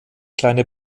kleine